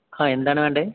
ആഹ് എന്താണ് വേണ്ടത്